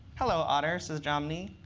hello, otter, says jomny.